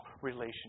relationship